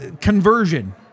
conversion